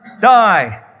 Die